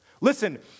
Listen